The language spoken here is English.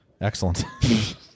Excellent